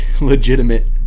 legitimate